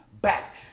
back